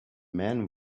man